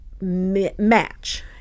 match